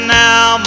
now